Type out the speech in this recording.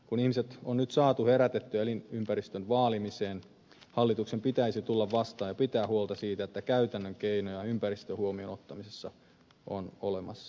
kun ihmiset on nyt saatu herätettyä elinympäristön vaalimiseen hallituksen pitäisi tulla vastaan ja pitää huolta siitä että käytännön keinoja ympäristön huomioon ottamisessa on olemassa